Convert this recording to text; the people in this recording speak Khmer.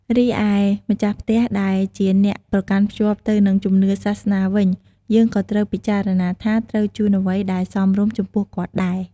រីឯម្ចាស់ផ្ទះដែលជាអ្នកប្រកាន់ភ្ជាប់ទៅនឹងជំនឿសាសនាវិញយើងក៏ត្រូវពិចារណាថាត្រូវជូនអ្វីដែលសមរម្យចំពោះគាត់ដែរ។